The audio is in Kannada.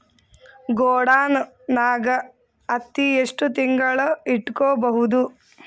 ಗೊಡಾನ ನಾಗ್ ಹತ್ತಿ ಎಷ್ಟು ತಿಂಗಳ ಇಟ್ಕೊ ಬಹುದು?